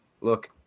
Look